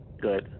Good